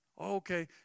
Okay